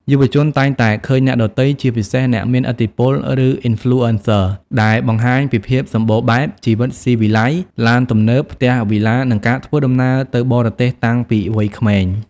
យុវជនតែងតែឃើញអ្នកដទៃ ជាពិសេសអ្នកមានឥទ្ធិពល ឬ Influencers ដែលបង្ហាញពីភាពសម្បូរបែប ជីវិតស៊ីវិល័យ ឡានទំនើប ផ្ទះវីឡា និងការធ្វើដំណើរទៅបរទេសតាំងពីវ័យក្មេង។